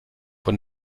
von